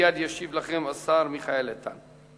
מייד ישיב לכם השר מיכאל איתן.